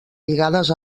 lligades